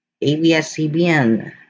ABS-CBN